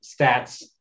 stats